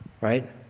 right